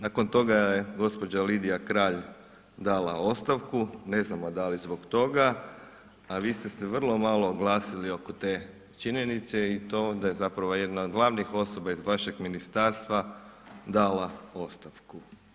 Nakon toga je gđa. Lidija Kralj dala ostavku, ne znamo da li zbog toga, a vi ste se vrlo malo oglasili oko te činjenice i to da je zapravo jedna od glavnih osoba iz vašeg ministarstva dala ostavku.